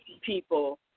people